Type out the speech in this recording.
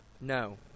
No